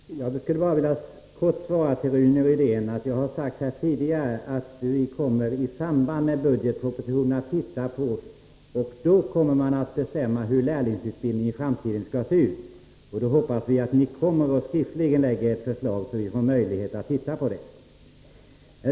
Herr talman! Jag skulle bara kort vilja svara Rune Rydén att jag tidigare har sagt att vi i samband med budgetpropositionen kommer att studera frågorna om lärlingsutbildningen, och då kommer vi att bestämma hur lärlingsutbildningen skall se ut i framtiden. Då hoppas vi att ni skriftligen kommer att lägga fram ert förslag, så att vi får möjlighet att se på det.